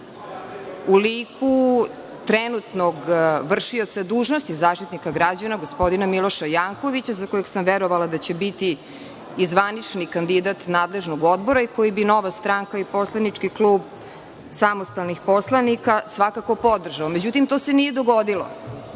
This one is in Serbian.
u liku trenutnog vršioca dužnosti Zaštitnika građana, gospodina Miloša Jankovića, za kojeg sam verovala da će biti i zvanični kandidat nadležnog odbora i kojeg bi Nova stranka i Poslanički klub samostalnih poslanika svakako podržao.Međutim, to se nije dogodilo.